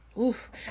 oof